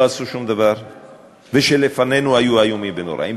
עשו שום דבר ושלפנינו היו איומים ונוראים.